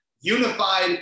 unified